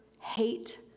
Hate